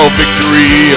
victory